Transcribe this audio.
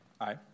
Aye